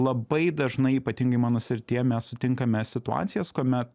labai dažnai ypatingai mano srityje mes sutinkame situacijas kuomet